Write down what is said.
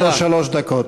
ולא שלוש דקות.